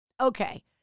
Okay